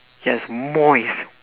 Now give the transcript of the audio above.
yes moist